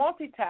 multitask